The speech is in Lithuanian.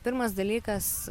pirmas dalykas